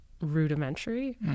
rudimentary